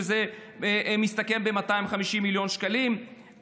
שמסתכם ב-250 מיליון שקלים,